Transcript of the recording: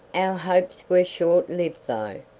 our hopes were short-lived though,